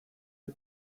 del